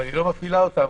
אבל היא לא מפעילה אותם,